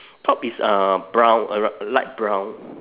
top is uh brown a ri~ light brown